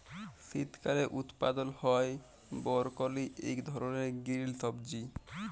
শীতকালে উৎপাদল হ্যয় বরকলি ইক ধরলের গিরিল সবজি